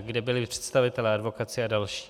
kde byli představitelé advokacie a další.